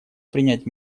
принять